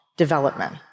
Development